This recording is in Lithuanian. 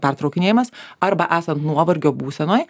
pertraukinėjamas arba esan nuovargio būsenoj